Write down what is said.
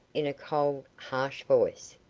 in a cold, harsh voice.